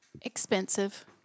expensive